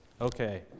okay